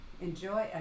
Enjoy